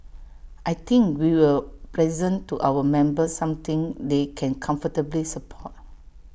I think we will present to our members something they can comfortably support